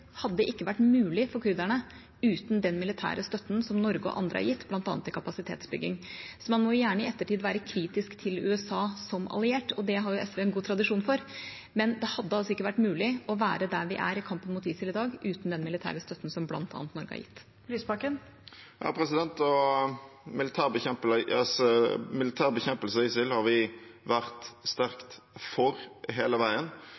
hadde ikke vært mulig for kurderne uten den militære støtten som Norge og andre har gitt bl.a. til kapasitetsbygging. Man må gjerne i ettertid være kritisk til USA som alliert, og det har jo SV en god tradisjon for, men det hadde altså ikke vært mulig å være der vi er i kampen mot ISIL i dag, uten den militære støtten som bl.a. Norge har gitt. Audun Lysbakken – til oppfølgingsspørsmål. Militær bekjempelse av ISIL har vi vært sterkt for hele veien.